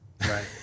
right